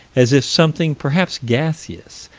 as if something, perhaps gaseous,